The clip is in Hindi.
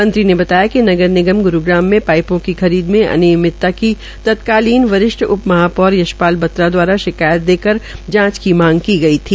मंत्री ने बताया कि नगर निगम ग्रूग्याम में पाइपों की खरीद में अनियमितता की तत्कालीन वरिष्ठ उप महापौर पशपाल बत्रा द्वारा शिकायत देकर जांच की मांग की गई थी